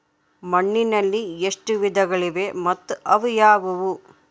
ಮಣ್ಣಿನಲ್ಲಿ ಎಷ್ಟು ವಿಧಗಳಿವೆ ಮತ್ತು ಅವು ಯಾವುವು?